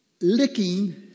licking